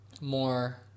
more